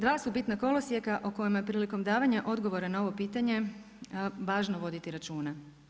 Dva su bitna kolosijeka o kojima je prilikom davanja odgovora na ovo pitanje važno voditi računa.